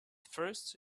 first